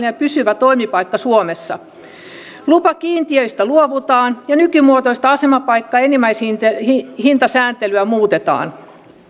ja pysyvä toimipaikka suomessa lupakiintiöistä luovutaan ja nykymuotoista asemapaikka ja enimmäishintasääntelyä muutetaan